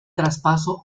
traspaso